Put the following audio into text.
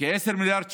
כ-10 מיליארד שקל,